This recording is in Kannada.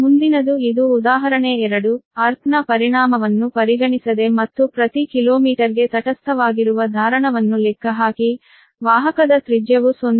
ಮುಂದಿನದು ಇದು ಉದಾಹರಣೆ 2 ಅರ್ಥ್ ನ ಪರಿಣಾಮವನ್ನು ಪರಿಗಣಿಸದೆ ಮತ್ತು ಪ್ರತಿ ಕಿಲೋಮೀಟರ್ಗೆ ತಟಸ್ಥವಾಗಿರುವ ಧಾರಣವನ್ನು ಲೆಕ್ಕಹಾಕಿ ವಾಹಕದ ತ್ರಿಜ್ಯವು 0